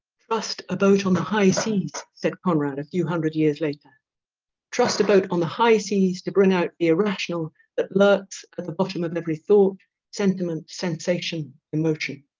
trust a boat on the high seas said conrad a few hundred years later trust a boat on the high seas to bring out the irrational that lurks at the bottom of every thought sentiment sensation emotion